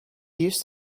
used